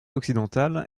occidentale